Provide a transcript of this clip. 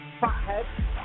Fathead